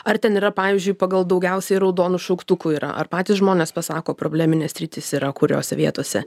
ar ten yra pavyzdžiui pagal daugiausiai raudonų šauktukų yra ar patys žmonės pasako probleminės sritys yra kuriose vietose